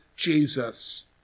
Jesus